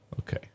okay